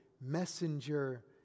messenger